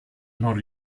non